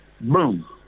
boom